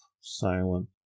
silent